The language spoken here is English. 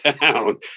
down